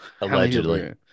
allegedly